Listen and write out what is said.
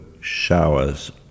showers